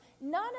None